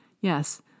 Yes